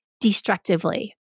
destructively